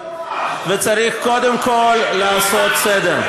צריך קודם כול לעשות סדר.